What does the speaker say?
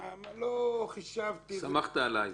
תגיד שסמכת עלי.